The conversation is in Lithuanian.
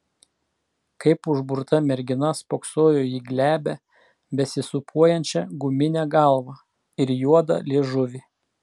kaip užburta mergina spoksojo į glebią besisūpuojančią guminę galvą ir juodą liežuvį